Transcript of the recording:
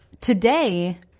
Today